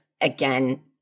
again